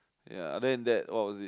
ya then that what was it